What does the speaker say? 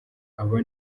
abo